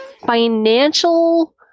financial